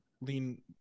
lean